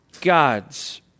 gods